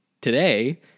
today